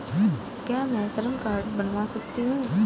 क्या मैं श्रम कार्ड बनवा सकती हूँ?